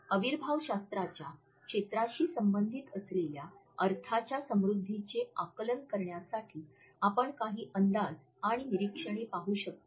अविर्भावशास्त्राच्या क्षेत्राशी संबंधित असलेल्या अर्थांच्या समृद्धीचे आकलन करण्यासाठी आपण काही अंदाज आणि निरीक्षणे पाहू शकतो